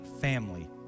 family